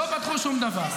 לא פתחו שום דבר.